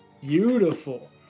beautiful